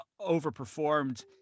overperformed